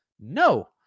No